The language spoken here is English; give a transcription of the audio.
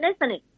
listening